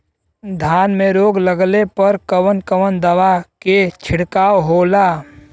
धान में रोग लगले पर कवन कवन दवा के छिड़काव होला?